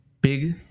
big